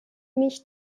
mich